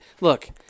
Look